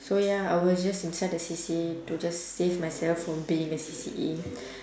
so ya I was just inside the C_C_A to just save myself from being in a C_C_A